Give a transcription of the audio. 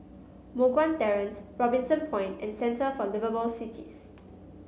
Moh Guan Terrace Robinson Point and Centre for Liveable Cities